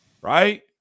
right